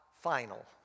final